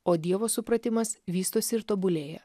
o dievo supratimas vystos ir tobulėja